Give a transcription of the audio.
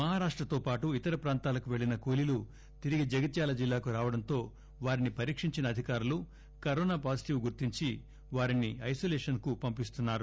మహారాష్ట తో పాటు ఇతర ప్రాంతాలకు పెళ్ళిన కూలీలు తిరిగి జగిత్యాల జిల్లాకు రావడంతో వారిని పరీక్షించిన అధికారులు కరోనా పాజిటివ్ గుర్తించి వారిని ఐసోలేషన్ కు పంపిస్తున్నారు